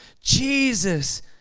Jesus